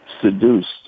seduced